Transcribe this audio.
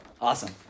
Awesome